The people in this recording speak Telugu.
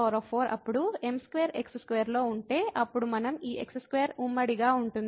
కాబట్టి y4 అప్పుడు m2x2 లో ఉంటే అప్పుడు మనకు ఈ x2 ఉమ్మడి గా ఉంటుంది